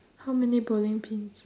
how many bowling pins